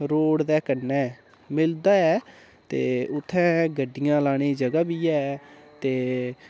road दे कन्नै मिलदा ऐ ते उत्थें गड्डियां लाने दी जगह् बी ऐ ते